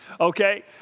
Okay